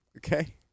Okay